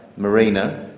marina,